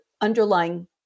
underlying